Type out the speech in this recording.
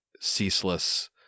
ceaseless